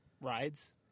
rides